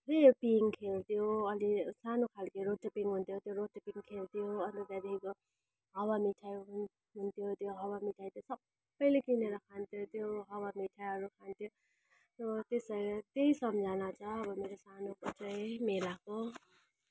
त्यही हो पिङ खेल्थ्यौँ अलि सानो खालके रोटेपिङ हुन्थ्यो त्यो रोटेपिङ खेल्थ्यौँ अन्त त्यहाँदेखिको हावा मिठाई हु हुन्थ्यो त्यो हावा मिठाई त सबैले किनेर खान्थ्यो त्यो हावा मिठाईहरू खान्थ्यौँ त्यो त्यो चाहिँ त्यही सम्झना छ अब मेरो सानोको चाहिँ मेलाको